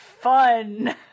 fun